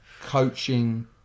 coaching